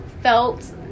felt